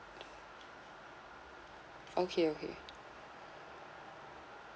okay okay